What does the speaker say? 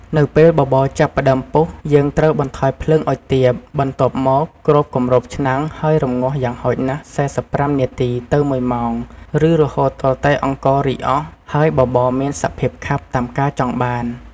នៅពេលបបរចាប់ផ្ដើមពុះ យើងត្រូវបន្ថយភ្លើងឱ្យទាប បន្ទាប់មកគ្របគម្របឆ្នាំង ហើយរម្ងាស់យ៉ាងហោចណាស់ ៤៥ នាទី ទៅ ១ ម៉ោង ឬរហូតទាល់តែអង្កររីកអស់ ហើយបបរមានសភាពខាប់តាមការចង់បាន។